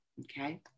Okay